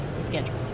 schedule